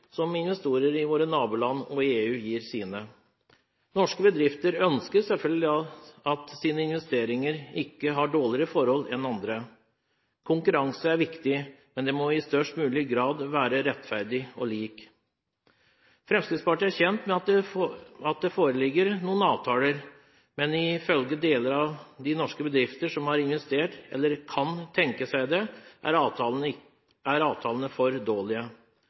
som for investorer i våre naboland og EU. Norske bedrifter ønsker selvfølgelig at deres investeringer ikke får dårligere forhold enn andres. Konkurranse er viktig, men den må i størst mulig grad være rettferdig og lik. Fremskrittspartiet er kjent med at det foreligger noen avtaler, men ifølge deler av de norske bedrifter som har investert, eller kan tenke seg det, er avtalene for dårlige.